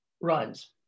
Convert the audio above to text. runs